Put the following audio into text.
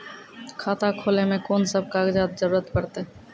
खाता खोलै मे कून सब कागजात जरूरत परतै?